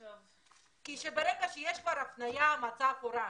כי ברגע שיש כבר הפניה, המצב הוא רע.